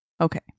Okay